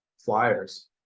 flyers